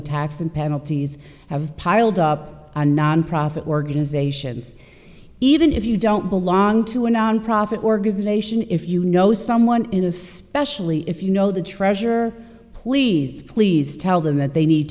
tax and penalties have piled up on nonprofit organizations even if you don't belong to a nonprofit organization if you know someone in especially if you know the treasure please please tell them that they need